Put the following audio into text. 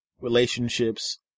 relationships